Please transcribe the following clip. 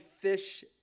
fish